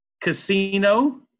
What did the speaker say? casino